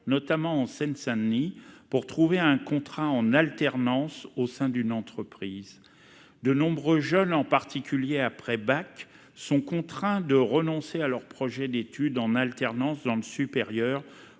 notamment en Seine-Saint-Denis, pour trouver un contrat en alternance au sein d'une entreprise. De nombreux jeunes, en particulier après le bac, sont contraints de renoncer à leur projet d'étude en alternance dans le supérieur,